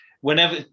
Whenever